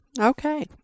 Okay